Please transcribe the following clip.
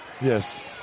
yes